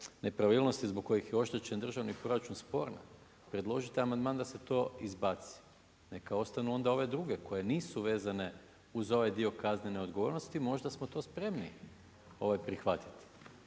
nepravilnosti zbog kojih je oštećen državni proračun sporna predložite amandman da se to izbaci. Neka ostanu onda ove druge koje nisu vezane uz ovaj dio kaznene odgovornosti, možda smo to spremni prihvatiti.